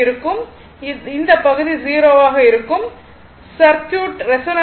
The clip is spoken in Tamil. போது இந்த பகுதி 0 ஆக இருக்கும் போது சர்க்யூட் ரெஸோனான்சில் இருக்கும்